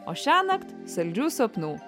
o šiąnakt saldžių sapnų